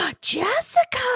Jessica